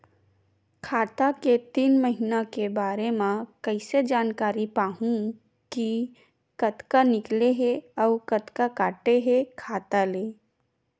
खाता के तीन महिना के बारे मा कइसे जानकारी पाहूं कि कतका निकले हे अउ कतका काटे हे खाता ले?